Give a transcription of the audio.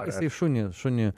jisai šunį šunį